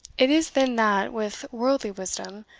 it is then that, with worldly wisdom,